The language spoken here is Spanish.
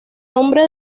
nombre